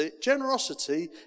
Generosity